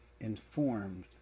informed